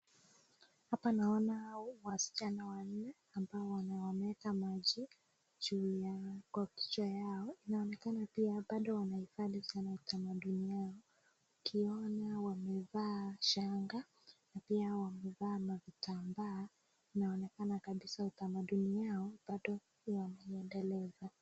Hapa naona wasichana wanne ambao wameweka maji juu ya kwa kichwa yao, inaonekana pia bado wanahifadhi sana utamaduni yao ukiona wamevaa shanga na pia wamevaa mavitambaa inaonekana kabisa utamaduni yao bado wanaendeleza.